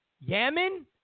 Yemen